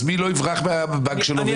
אז מי לא יברח מהבנק שלו?